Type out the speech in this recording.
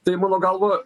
tai mano galva